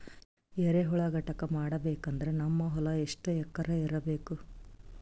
ಎರೆಹುಳ ಘಟಕ ಮಾಡಬೇಕಂದ್ರೆ ನಮ್ಮ ಹೊಲ ಎಷ್ಟು ಎಕರ್ ಇರಬೇಕು?